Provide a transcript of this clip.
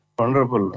wonderful